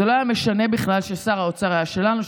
זה לא היה משנה בכלל ששר האוצר היה שלנו,